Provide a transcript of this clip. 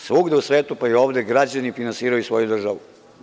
Svugde u svetu, pa i ovde, građani finansiraju svoju državu.